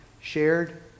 shared